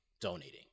donating